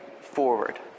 forward